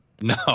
No